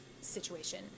situation